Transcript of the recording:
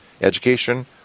education